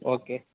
okay